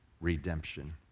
redemption